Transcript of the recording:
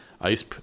ice